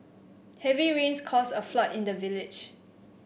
heavy rains caused a flood in the village